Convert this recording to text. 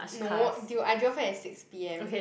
no dude I drove her at six p_m